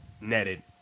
netted